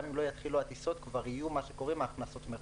גם אם לא יתחילו הטיסות הרי כבר יהיו הכנסות מראש,